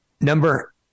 Number